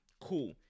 Cool